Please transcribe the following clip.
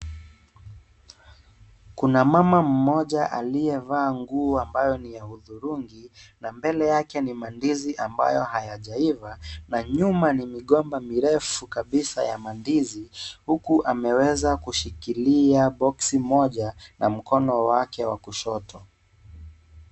Kuna mama mmoja aliyevaa nguo ambayo ni ya hudhurungi na mbele yake kuna mandizi ambayo hayajaiva na nyuma ni migomba mirefu kabisa ya mandizi huku ameweza kushikilia boksi moja na mkono wake wa kushoto.